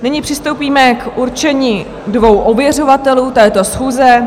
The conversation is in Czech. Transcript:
Nyní přistoupíme k určení dvou ověřovatelů této schůze.